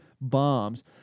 bombs